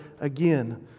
again